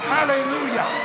Hallelujah